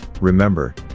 remember